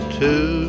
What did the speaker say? two